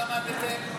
לא למדתם?